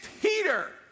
Peter